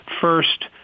first